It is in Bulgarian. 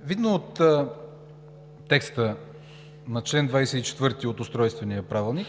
Видно от текста на чл. 24 от Устройствения правилник,